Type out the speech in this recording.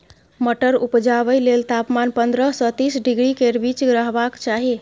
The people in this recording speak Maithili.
मटर उपजाबै लेल तापमान पंद्रह सँ तीस डिग्री केर बीच रहबाक चाही